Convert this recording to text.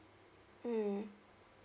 mm